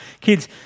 kids